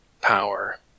power